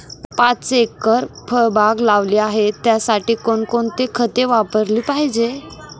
पाच एकर फळबाग लावली आहे, त्यासाठी कोणकोणती खते वापरली पाहिजे?